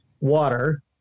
water